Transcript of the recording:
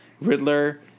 Riddler